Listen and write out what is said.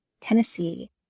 Tennessee